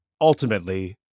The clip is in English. ultimately